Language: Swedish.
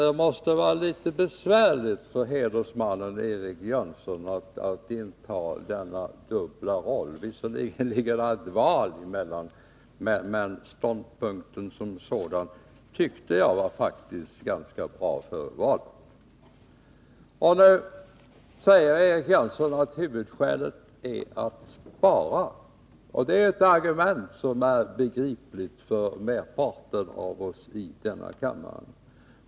Det måste vara litet besvärligt för hedersmannen Eric Jönsson att ha denna dubbla roll. Visserligen ligger det ett val emellan, men ståndpunkten som sådan före valet tyckte jag faktiskt var ganska bra. Nu säger Eric Jönsson att huvudskälet är behovet av att spara. Det är ett argument som är begripligt för merparten av oss i denna kammare.